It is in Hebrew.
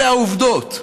אלה העובדות.